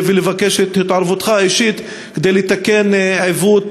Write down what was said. ולבקש את התערבותך האישית כדי לתקן עיוות,